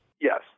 yes